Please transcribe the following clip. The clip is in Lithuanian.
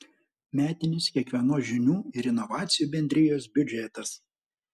metinis kiekvienos žinių ir inovacijų bendrijos biudžetas